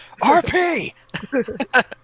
RP